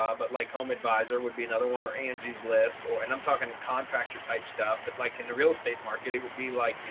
ah but like home advisor would be another one or angie's list or, and i'm talking and contractor type stuff, but like in the real estate market, it would be like, you